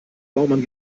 baumann